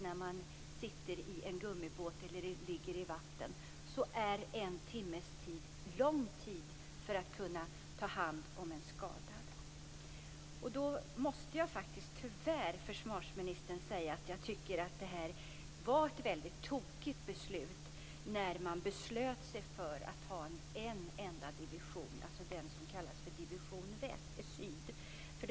När man sitter i en gummibåt eller ligger i vattnet är en timme lång tid, den tid som det handlar om för att man skall kunna ta hand om en skadad. Försvarsministern! Jag måste därför tyvärr säga att jag tycker att det var tokigt att besluta sig för att ha en enda division, dvs. den som kallas Division syd.